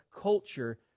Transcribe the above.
culture